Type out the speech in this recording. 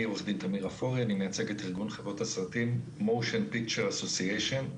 אני מייצג את ארגון חברות הסרטים Motion Picture Association,